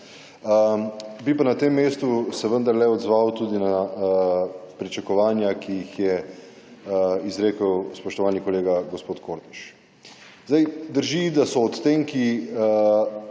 Bi pa na tem mestu se vendarle odzval tudi na pričakovanja, ki jih je izrekel spoštovani kolega gospod Kordiš. Drži, da so odtenki